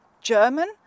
German